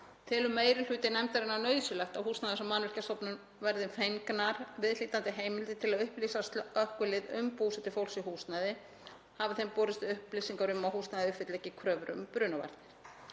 telur meiri hluti nefndarinnar nauðsynlegt að Húsnæðis- og mannvirkjastofnun verði fengnar viðhlítandi heimildir til að upplýsa slökkvilið um búsetu fólks í húsnæði, hafi þeim borist upplýsingar um að húsnæðið uppfylli ekki kröfur um brunavarnir.